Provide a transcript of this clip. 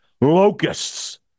locusts